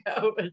go